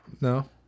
No